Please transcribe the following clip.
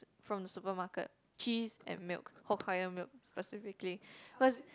from supermarket cheese and milk hokkaido milk specifically cause